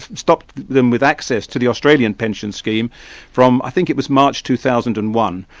stopped them with access to the australian pension scheme from i think it was march, two thousand and one,